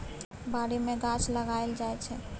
बारी मे गाछ लगाएल जाइ छै